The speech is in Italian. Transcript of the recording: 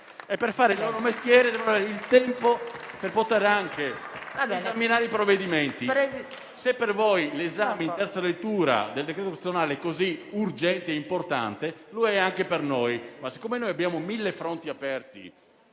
E, per fare il loro mestiere, devono avere il tempo per poter esaminare i provvedimenti. Se per voi l'esame in terza lettura del disegno di legge costituzionale è così urgente e importante, lo è anche per noi. Ma, siccome noi abbiamo mille fronti aperti,